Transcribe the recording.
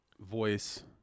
voice